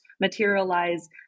materialize